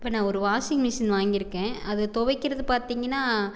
இப்போ நான் ஒரு வாஷிங் மிசின் வாங்கியிருக்கேன் அது துவைக்கிறது பார்த்திங்கின்னா